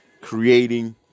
creating